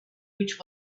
which